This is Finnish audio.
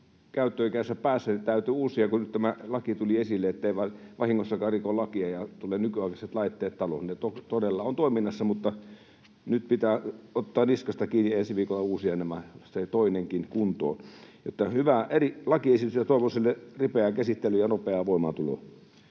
käyttöikänsä päässä. Se täytyy uusia, kun tämä laki tuli nyt esille, ettei vahingossakaan riko lakia, ja tulee nykyaikaiset laitteet taloon. Ne todella ovat toiminnassa, mutta nyt pitää ottaa niskasta kiinni ensi viikolla ja uusia nämä, se toinenkin kuntoon. Hyvä lakiesitys, ja toivon sille ripeää käsittelyä ja nopeaa voimaantuloa.